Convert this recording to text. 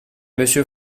monsieur